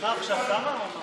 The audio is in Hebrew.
וההגנה מפני שיטפונות